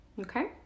okay